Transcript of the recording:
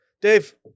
Dave